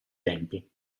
tempi